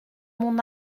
mon